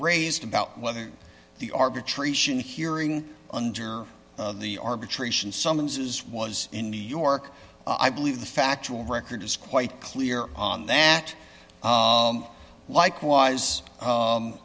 raised about whether the arbitration hearing under the arbitration summonses was in new york i believe the factual record is quite clear on that likewise